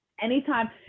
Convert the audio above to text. Anytime